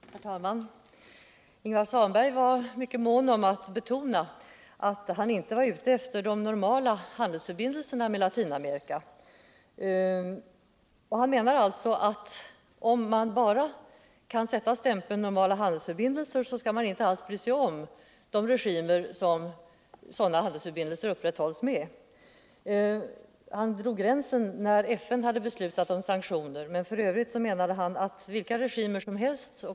Herr talman! Ingvar Svanberg var mycket mån om att betona att han inte var ute efter de normala handelsförbindelserna med Latinamerika. Han menar alltså att om man bara kan påsätta stämpeln ”normala handelsförbindelser”, så skall man inte alls bry sig om vilka regimer som sådana handelsförbindelser upprätthålls med. Ingvar Svanberg drog gränsen när FN beslutat om sanktioner, men f. ö. menade han att handelsförbindelser kunde upprätthållas med vilka regimer som helst.